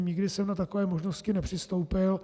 Nikdy jsem na takové možnosti nepřistoupil.